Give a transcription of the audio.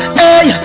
hey